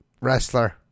wrestler